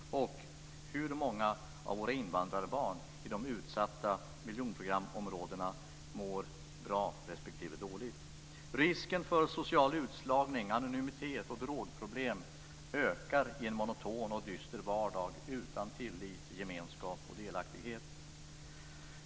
Och hur många av våra invandrarbarn i de utsatta miljonprogramsområdena mår bra respektive dåligt? Risken för social utslagning, anonymitet och drogproblem ökar i en monoton och dyster vardag utan tillit, gemenskap och delaktighet.